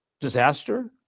Disaster